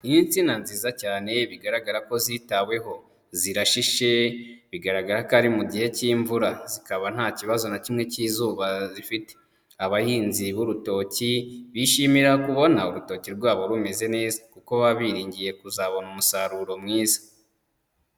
Insina nziza cyane bigaragara ko zitaweho, zirashishe, bigaragara ko ari mu gihe cy'imvura zikaba nta kibazo na kimwe cy'izuba zifite, abahinzi b'urutoki bishimira kubona urutoki rwabo rumeze neza kuko baba biringiye kuzabona umusaruro mwiza.